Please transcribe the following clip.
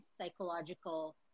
psychological